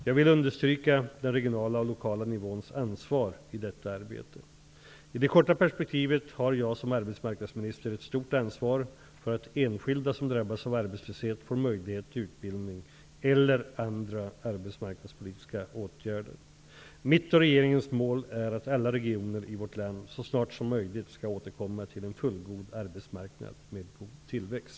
Jag vill understryka den regionala och lokala nivåns ansvar i detta arbete. I det korta perspektivet har jag som arbetsmarknadsminister ett stort ansvar för att enskilda som drabbas av arbetslöshet får möjlighet till utbildning eller andra arbetsmarknadspolitiska åtgärder. Mitt och regeringens mål är att alla regioner i vårt land så snart som möjligt skall återkomma till en fullgod arbetsmarknad med god tillväxt.